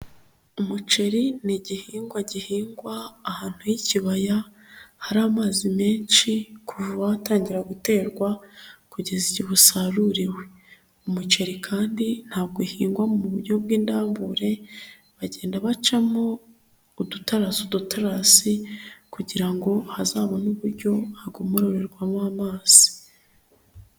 Umuceri ni igihingwa gihingwa ahantu h'ikibaya, hari amazi menshi kuva hatangira guterwa kugeza igihesaruriwe. Umuceri kandi ntabwo ihingwa mu buryo bw'indambure bagenda bacamo udutarasi udutarasi kugira ngo hazabone uburyo hagomororerwamo amazi.